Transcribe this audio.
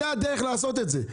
זה הדרך לעשות את זה.